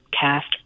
cast